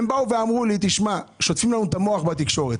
אמרו לי: שוטפים לנו את המוח בתקשורת.